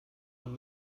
und